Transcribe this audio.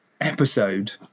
Episode